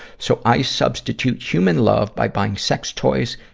so i substitute human love by buying sex toys,